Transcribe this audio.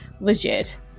legit